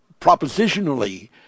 propositionally